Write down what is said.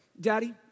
Daddy